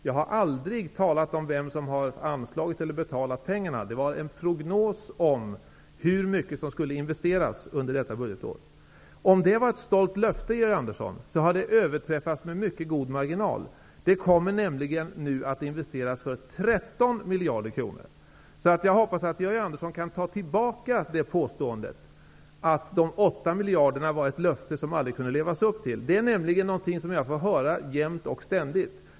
Jag har aldrig talat om vem som har anslagit eller betalt pengarna. Det var en prognos om hur mycket som skulle investeras under detta budgetår. Om det var ett stolt löfte, Georg Andersson, så har det överträffats med mycket god marginal. Det kommer nämligen nu att investeras för 13 miljarder kronor. Jag hoppas att Georg Andersson kan ta tillbaka påståendet att de 8 miljarderna var ett löfte som inte kunde levas upp till. Det är något som jag får höra jämt och ständigt.